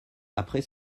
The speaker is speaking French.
après